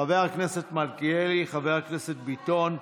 חבר הכנסת מלכיאלי, חבר הכנסת ביטון,